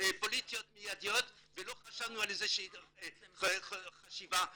פוליטיות מידיות ולא חשבנו על חשיבה אסטרטגית.